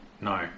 No